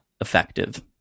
effective